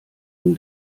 nun